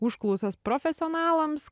užklausas profesionalams